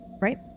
right